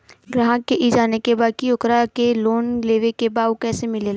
ग्राहक के ई जाने के बा की ओकरा के लोन लेवे के बा ऊ कैसे मिलेला?